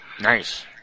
Nice